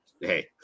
hey